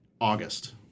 August